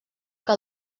que